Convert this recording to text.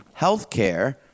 healthcare